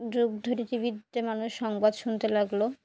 যুগ ধরে টি ভিতে মানুষ সংবাদ শুনতে লাগল